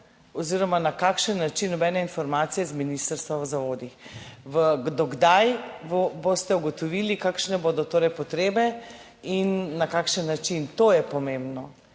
oziroma na kakšen način, nobene informacije z ministrstva v zavodih. Kdaj boste ugotovili, kakšne bodo potrebe in na kakšen način jih boste